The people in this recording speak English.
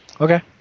Okay